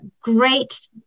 great